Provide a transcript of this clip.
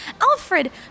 Alfred